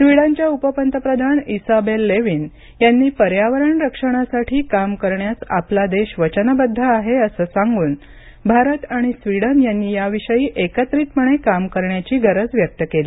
स्वीडनच्या उपपंतप्रधान Isabella Lovin यांनी पर्यावरण रक्षणासाठी काम करण्यास आपला देश वचनबद्ध आहे असं सांगून भारत आणि स्वीडन यांनी याविषयी एकत्रितपणे काम करण्याची गरज व्यक्त केली